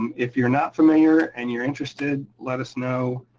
um if you're not familiar and you're interested, let us know.